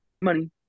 money